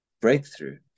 breakthrough